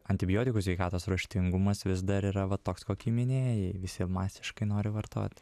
antibiotikų sveikatos raštingumas vis dar yra va toks kokį minėjai visi masiškai nori vartoti